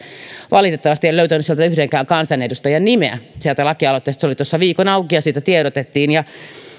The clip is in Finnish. valitettavasti en löytänyt sieltä lakialoitteesta yhdenkään kansanedustajan nimeä se oli tuossa viikon auki ja siitä tiedotettiin